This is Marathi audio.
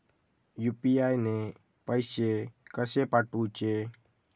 यू.पी.आय ने पैशे कशे पाठवूचे?